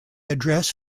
address